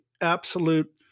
absolute